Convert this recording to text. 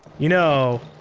you know,